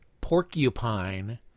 Porcupine